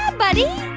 ah buddy